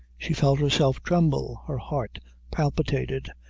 she felt herself tremble her heart palpitated,